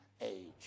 age